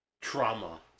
trauma